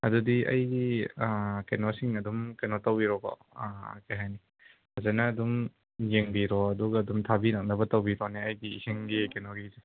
ꯑꯗꯨꯗꯤ ꯑꯩ ꯀꯩꯅꯣꯁꯤꯡ ꯑꯗꯨꯝ ꯀꯩꯅꯣ ꯇꯧꯕꯤꯔꯣꯀꯣ ꯀꯔꯤ ꯍꯥꯏꯅꯤ ꯐꯖꯅ ꯑꯗꯨꯝ ꯌꯦꯡꯕꯤꯔꯣ ꯑꯗꯨꯒ ꯑꯗꯨꯝ ꯊꯥꯕꯤꯔꯛꯅꯕ ꯇꯧꯕꯤꯔꯣꯅꯦ ꯑꯩꯗꯤ ꯏꯁꯤꯡꯒꯤ ꯀꯩꯅꯣꯒꯤ